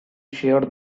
sheared